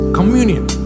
Communion